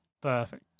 Perfect